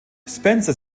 spencer